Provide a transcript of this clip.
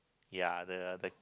ya the the